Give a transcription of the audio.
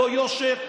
לא יושר,